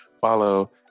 follow